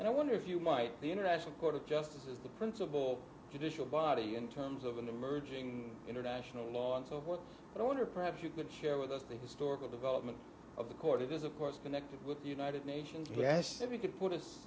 and i wonder if you might the international court of justice is the principal judicial body in terms of an emerging international law and so what i wonder perhaps you could share with us the historical development of the court is of course connected with the united nations we asked if we could put